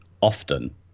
often